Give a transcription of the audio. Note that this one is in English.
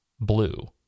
blue